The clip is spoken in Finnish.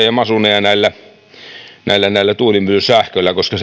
ja masuuneja tuulimyllysähköllä koska